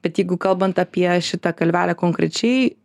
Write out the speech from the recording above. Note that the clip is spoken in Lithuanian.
bet jeigu kalbant apie šitą kalvelę konkrečiai